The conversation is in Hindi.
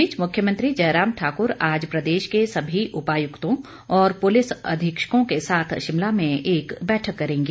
इस बीच मुख्यमंत्री जयराम ठाकुर आज प्रदेश के सभी उपायुक्तों और पुलिस अधीक्षकों के साथ शिमला में एक बैठक करेंगे